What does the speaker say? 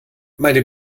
meine